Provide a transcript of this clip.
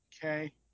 okay